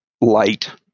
light